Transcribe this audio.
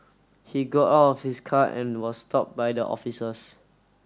he got out of his car and was stopped by the officers